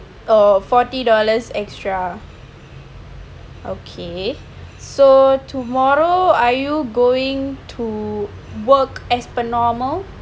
oh forty dollars extra ok so tomorrow are you going to work as per normal